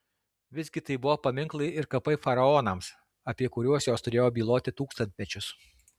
visgi tai buvo paminklai ir kapai faraonams apie kuriuos jos turėjo byloti tūkstantmečius